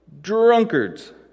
drunkards